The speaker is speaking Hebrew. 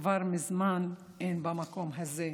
כבר מזמן אין במקום הזה.